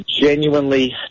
genuinely